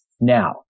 now